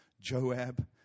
Joab